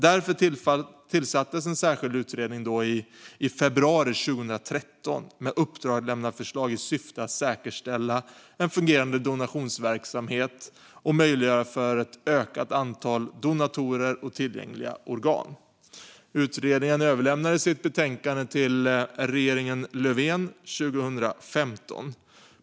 Därför tillsattes en särskild utredning i februari 2013 med uppdrag att lämna förslag i syfte att säkerställa en fungerande donationsverksamhet och möjliggöra ett ökat antal donatorer och tillgängliga organ. Utredningen överlämnade sitt betänkande till regeringen Löfven 2015.